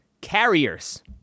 carriers